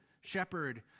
shepherd